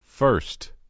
First